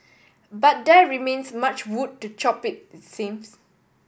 but there remains much wood to chop it seems